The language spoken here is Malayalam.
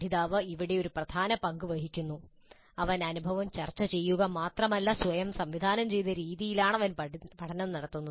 പഠിതാവ് ഇവിടെ ഒരു പ്രധാന പങ്ക് വഹിക്കുന്നു അവൻ അനുഭവം ചർച്ച ചെയ്യുക മാത്രമല്ല സ്വയം സംവിധാനം ചെയ്ത രീതിയിലാണ് അവൻ പഠനം നടത്തുന്നത്